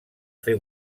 fer